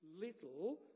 little